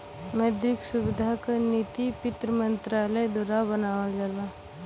मौद्रिक सुधार क नीति वित्त मंत्रालय द्वारा बनावल जाला